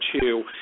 two